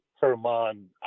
Herman